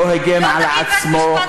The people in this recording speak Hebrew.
לא הגן על עצמו,